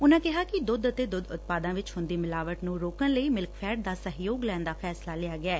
ਉਨੂਾਂ ਕਿਹਾ ਕਿ ਦੁੱਧ ਅਤੇ ਦੁੱਧ ਉਤਪਾਦਾਂ ਵਿੱਚ ਹੁੰਦੀ ਮਿਲਾਵਟ ਨੁੰ ਰੋਕਣ ਲਈ ਮਿਲਕਫੈੱਡ ਦਾ ਸਹਿਯੋਗ ਲੈਣ ਦਾ ਫੈਸਲਾ ਲਿਆ ਗਿਐ